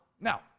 Now